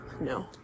No